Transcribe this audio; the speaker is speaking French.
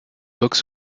box